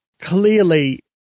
clearly